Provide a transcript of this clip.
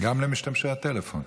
גם למשתמשי הטלפון.